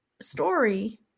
story